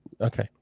okay